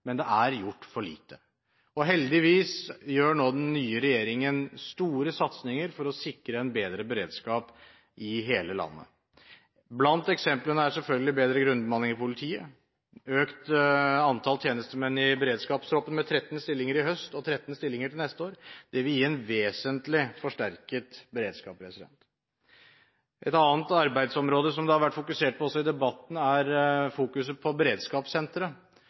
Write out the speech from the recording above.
men det er gjort for lite. Heldigvis gjør nå den nye regjeringen store satsinger for å sikre en bedre beredskap i hele landet. Blant eksemplene er selvfølgelig bedre grunnbemanning i politiet og økt antall tjenestemenn i beredskapstroppen med 13 stillinger i høst og 13 stillinger til neste år. Det vil gi en vesentlig forsterket beredskap. Et annet arbeidsområde som det har vært fokusert på, også i debatten, er beredskapssenteret. Regjeringen har sterkt fokus på